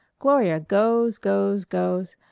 gloria goes, goes, goes.